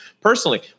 personally